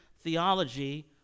theology